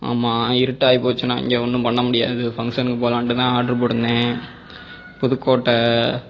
ஆமா இருட்டாகி போச்சுண்ணா இங்கே ஒன்றும் பண்ண முடியாது ஃபங்ஷனுக்கு போலாம்ன்னுடுதான் ஆடர் போட்டுருந்தேன் புதுக்கோட்டை